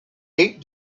eight